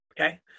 Okay